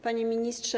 Panie Ministrze!